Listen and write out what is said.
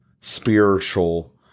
spiritual